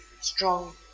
strong